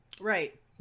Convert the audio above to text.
right